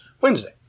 Wednesday